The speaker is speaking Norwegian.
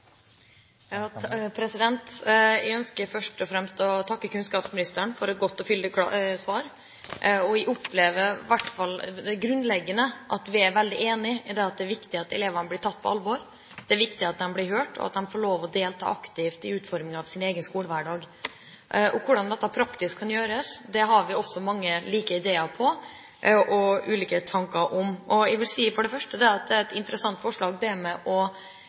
Jeg ønsker først og fremst å takke kunnskapsministeren for et godt og fyldig svar. Jeg opplever i hvert fall det grunnleggende: at vi er veldig enige i at det er viktig at elevene blir tatt på alvor. Det er viktig at de blir hørt, og at de får lov til å delta aktivt i utformingen av sin egen skolehverdag. Hvordan dette praktisk kan gjøres, har vi mange like ideer og ulike tanker om. For det første: Det er et interessant forslag av skoleledelsen å be om innspill til hvilke kriterier de skal se etter i en ansettelsesprosess, at elevene får lov til å komme med